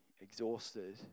exhausted